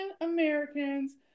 americans